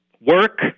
work